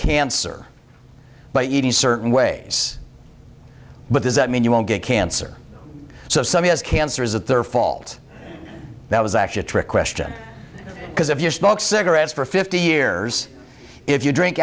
cancer by eating certain ways but does that mean you won't get cancer so some has cancer is it their fault that was actually a trick question because if you smoke cigarettes for fifty years if you drink